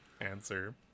answer